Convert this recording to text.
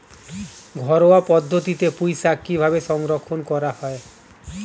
ঘরোয়া পদ্ধতিতে পুই শাক কিভাবে সংরক্ষণ করা হয়?